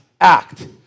act